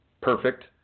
perfect